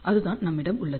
அதுதான் நம்மிடம் உள்ளது